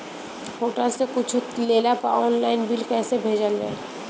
Hotel से कुच्छो लेला पर आनलाइन बिल कैसे भेजल जाइ?